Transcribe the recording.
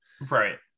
right